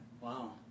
Wow